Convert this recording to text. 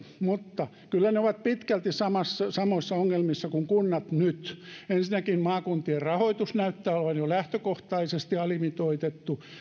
mutta kyllä ne ovat pitkälti samoissa ongelmissa kuin kunnat nyt ensinnäkin maakuntien rahoitus näyttää olevan jo lähtökohtaisesti alimitoitettu